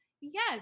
Yes